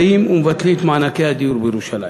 באים ומבטלים את מענקי הדיור בירושלים.